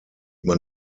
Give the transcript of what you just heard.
man